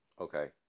Okay